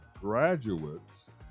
graduates